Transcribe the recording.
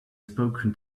spoken